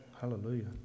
Hallelujah